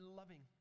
loving